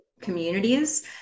communities